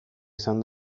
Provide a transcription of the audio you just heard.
izan